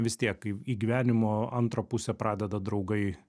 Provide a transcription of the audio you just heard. vis tiek į į gyvenimo antrą pusę pradeda draugai